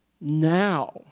Now